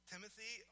Timothy